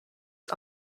his